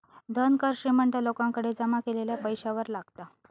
धन कर श्रीमंत लोकांकडे जमा केलेल्या पैशावर लागता